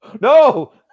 No